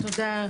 תודה.